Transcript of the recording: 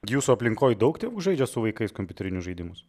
jūsų aplinkoj daug tėvų žaidžia su vaikais kompiuterinius žaidimus